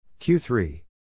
Q3